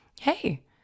hey